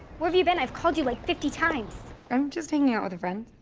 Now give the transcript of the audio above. where've you been? i've called you, like, fifty times. i'm just hanging out with a friend.